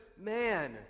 man